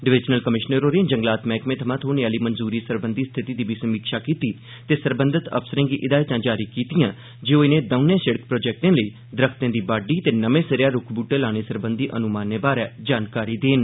divisional commissioner होरें जंगलात मैह्कमे थमां थ्होने आह्ली मंजूरी सरबंधी स्थिति दी बी समीक्षा कीती ते सरबंघत अफसरें गी हिदायतां जारी कीतीआं जे ओह् इनें दौनें सिड़क प्रोजेक्टें लेई दरख्तें दी बाड्डी ते नमें सिरेआ रूक्ख बूह्टे लाने सरबंधी अनुमानें बारै जानकारी देन